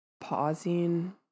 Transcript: Pausing